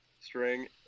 string